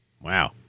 Wow